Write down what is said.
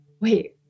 wait